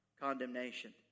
condemnation